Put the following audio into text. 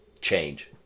change